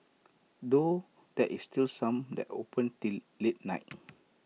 though there is still some that open till late night